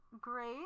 great